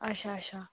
اَچھا اَچھا